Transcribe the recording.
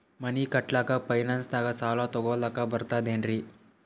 ಮನಿ ಕಟ್ಲಕ್ಕ ಫೈನಾನ್ಸ್ ದಾಗ ಸಾಲ ತೊಗೊಲಕ ಬರ್ತದೇನ್ರಿ?